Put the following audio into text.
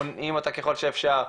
מונעים אותה ככל שאפשר,